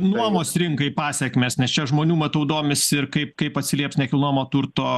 nuomos rinkai pasekmės nes čia žmonių matau domisi ir kaip kaip atsilieps nekilnojamo turto